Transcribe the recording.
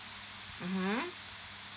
mmhmm